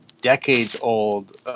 decades-old